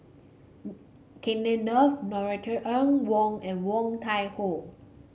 Kenneth Kee Norothy Ng Woon and Woon Tai Ho